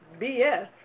BS